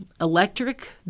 electric